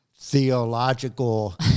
Theological